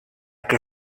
que